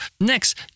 Next